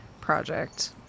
project